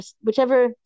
whichever